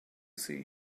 sea